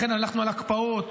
לכן הלכנו על הקפאות,